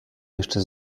jeszcze